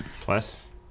Plus